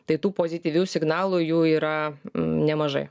tai tų pozityvių signalų jų yra nemažai